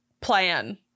plan